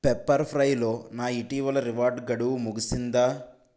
pepper ఫ్రైలో నా ఇటీవల రివార్డ్ గడువు ముగిసిందా